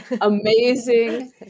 amazing